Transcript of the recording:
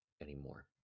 anymore